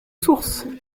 sources